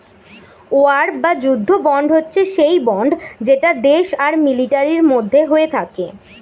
war বা যুদ্ধ bond হচ্ছে সেই বন্ড যেটা দেশ আর মিলিটারির মধ্যে হয়ে থাকে